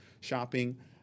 shopping